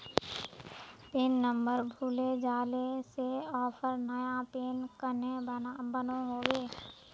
Pin number भूले जाले से ऑफर नया पिन कन्हे बनो होबे?